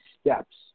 steps